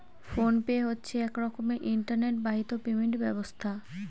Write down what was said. phone pay হচ্ছে এক রকমের ইন্টারনেট বাহিত পেমেন্ট ব্যবস্থা